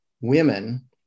women